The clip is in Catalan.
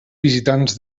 visitants